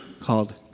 called